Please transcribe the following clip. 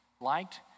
liked